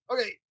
Okay